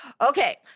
Okay